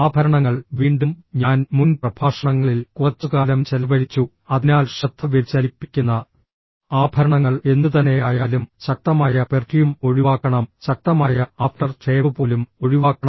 ആഭരണങ്ങൾ വീണ്ടും ഞാൻ മുൻ പ്രഭാഷണങ്ങളിൽ കുറച്ചുകാലം ചെലവഴിച്ചു അതിനാൽ ശ്രദ്ധ വ്യതിചലിപ്പിക്കുന്ന ആഭരണങ്ങൾ എന്തുതന്നെയായാലും ശക്തമായ പെർഫ്യൂം ഒഴിവാക്കണം ശക്തമായ ആഫ്ടർ ഷേവ് പോലും ഒഴിവാക്കണം